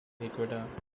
ecuador